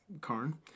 Karn